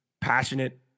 passionate